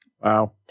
Wow